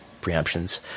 preemptions